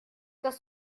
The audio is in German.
das